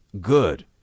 good